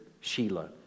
Sheila